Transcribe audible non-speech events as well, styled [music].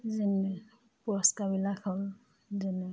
পুৰস্কাৰবিলাক হল [unintelligible]